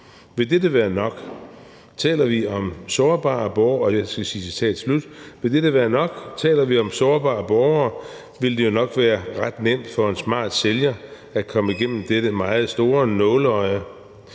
Vil dette være nok? Taler vi om sårbare borgere, vil det jo nok være ret nemt for en smart sælger at komme igennem dette meget store nåleøje.